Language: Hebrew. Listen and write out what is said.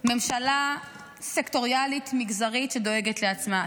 ממשלה סקטוריאלית מגזרית שדואגת לעצמה.